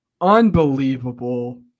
unbelievable